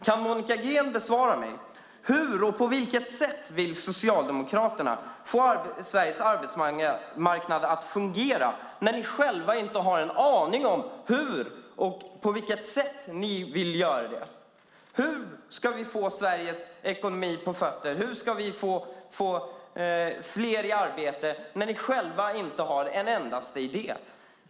Kan Monica Green svara mig: Hur och på vilket sätt vill Socialdemokraterna få Sveriges arbetsmarknad att fungera när ni själva inte har en aning om hur och på vilket sätt ni vill göra det? Hur ska vi få Sveriges ekonomi på fötter? Hur ska vi få fler i arbete när ni själva inte har en endaste idé?